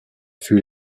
fut